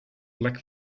lack